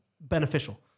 beneficial